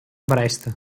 brest